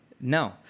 No